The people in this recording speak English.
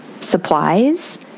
supplies